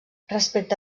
respecte